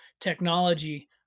technology